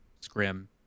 scrim